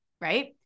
Right